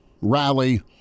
rally